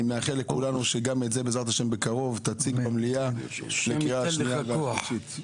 מאחל לכולנו שגם את זה בעזרת ה' בקרוב תציג במליאה לקריאה שנייה ושלישית.